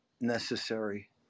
necessary